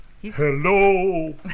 Hello